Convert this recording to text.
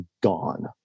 gone